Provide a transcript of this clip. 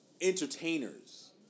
entertainers